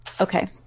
Okay